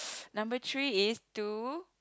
number three is to